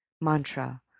mantra